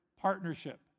partnership